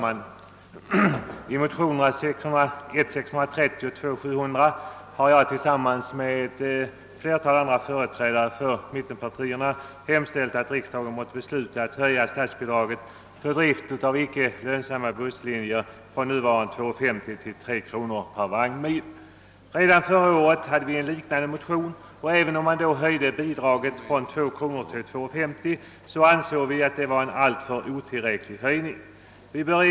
Herr talman! I motionerna I:630 och II: 700 har ett flertal företrädare för mittenpartierna hemställt att riksdagen måtte besluta att höja statsbidraget för drift av icke lönsamma busslinjer från nuvarande 2:50 kronor till 3 kronor per vagnmil. Redan förra året väckte vi en liknande motion. Visserligen höjde man då bidraget från 2 kronor till 2:50 kronor, men vi ansåg detta vara alldeles otillräckligt.